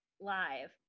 Live